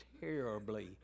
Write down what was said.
terribly